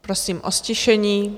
Prosím o ztišení.